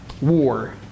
war